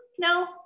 no